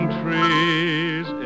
trees